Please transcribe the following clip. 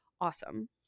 awesome